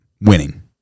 winning